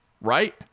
right